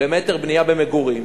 במטר בנייה במגורים?